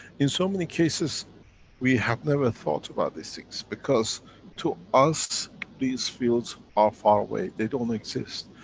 in so many cases we have never thought about these things because to us these fields are far away. they don't exist.